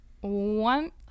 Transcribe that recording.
one